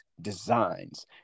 Designs